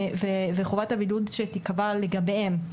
וחובת הבידוד שתיקבע לגביהם.